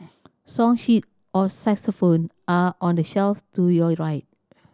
song sheet or saxophone are on the shelf to your right